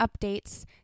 updates